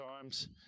times